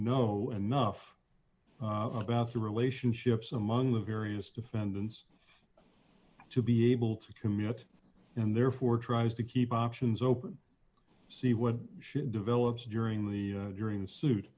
know enough about the relationships among the various defendants to be able to communicate and therefore tries to keep options open see when she develops during the during su